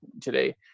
today